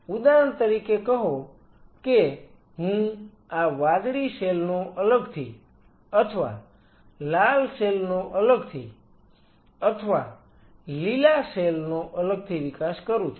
ઉદાહરણ તરીકે કહો કે હું આ વાદળી સેલ નો અલગથી અથવા લાલ સેલ નો અલગથી અથવા લીલા સેલ નો અલગથી વિકાસ કરું છું